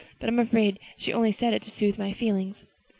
but i'm afraid she only said it to soothe my feelings.